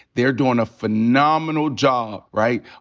they're doin' a phenomenal job, right?